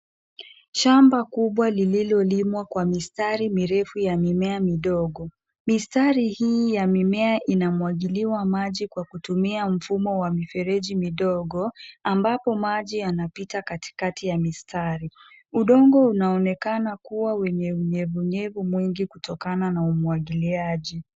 Shamba kubwa lililolimwa kwa mistari mirefu ya mimea midogo. Mistari hii ya mimea inamwagiliwa maji kwa kutumia mfumo wa mifereji midogo ambapo maji yanapita katikati ya mistari. Udongo unaoekana kuwa wenye unyevunyevu mwingi kutokana na umwagiliaji.